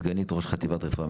סגנית ראש חטיבת רפואה,